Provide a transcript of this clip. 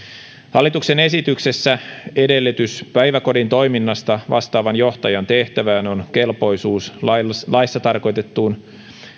hallituksen esityksessä edellytys päiväkodin toiminnasta vastaavan johtajan tehtävään on kelpoisuus laissa tarkoitettuun